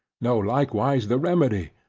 know likewise the remedy,